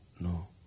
no